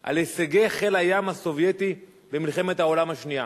את הישגי חיל הים הסובייטי במלחמת העולם השנייה